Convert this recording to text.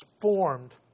formed